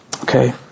Okay